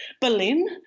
Berlin